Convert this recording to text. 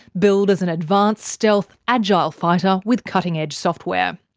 billed as an advanced stealth, agile fighter with cutting-edge software.